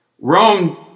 Rome